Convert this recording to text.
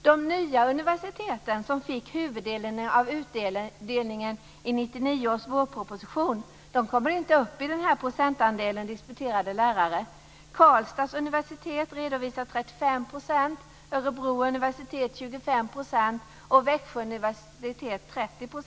De nya universiteten, som fick huvuddelen av utdelningen i 1999 års vårproposition, kommer inte upp i denna procentandel disputerade lärare. Fru talman!